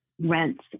rents